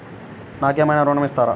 నాకు ఏమైనా ఋణం ఇస్తారా?